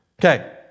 okay